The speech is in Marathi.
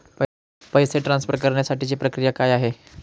पैसे ट्रान्सफर करण्यासाठीची प्रक्रिया काय आहे?